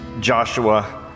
Joshua